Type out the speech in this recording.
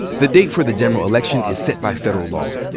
the date for the general election is set by federal law.